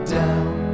down